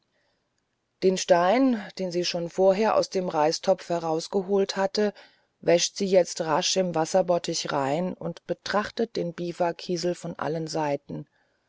den stein den sie schon vorher aus dem reistopf herausgenommen hatte wäscht sie jetzt rasch im wasserbottich rein und betrachtet den biwakiesel von allen seiten